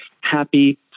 happy